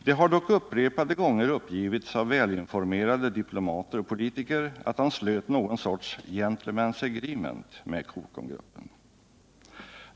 Det har dock upprepade gånger uppgivits av välinformerade diplomater och politiker att han slöt någon sorts ”gentlemen”s agreement” med Cocomgruppen.